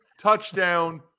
touchdown